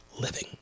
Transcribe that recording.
living